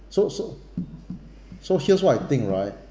so so so here's what I think right